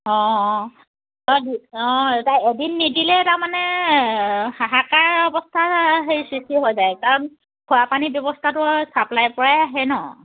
অঁ অঁ অঁ এদিন নিদিলে তাৰমানে হাহাকাৰ অৱস্থা হেৰি সৃষ্টি হৈ যায় কাৰণ খোৱা পানীৰ ব্যৱস্থাটো চাপ্লাইৰ পৰাই আহে ন